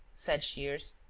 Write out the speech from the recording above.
said shears,